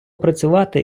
працювати